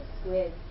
squid